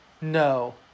No